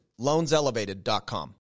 loanselevated.com